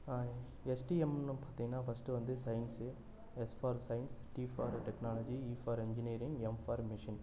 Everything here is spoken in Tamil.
எஸ்டிஎம்னு பார்த்திங்கனா ஃபர்ஸ்ட்டு வந்து science S for science T for technology E for engineering M for machine